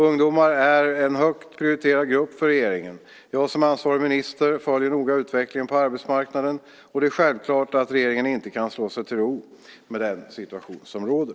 Ungdomar är en högt prioriterad grupp för regeringen. Jag som ansvarig minister följer noga utvecklingen på arbetsmarknaden och det är självklart att regeringen inte kan slå sig till ro med den situation som råder.